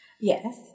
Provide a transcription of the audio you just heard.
Yes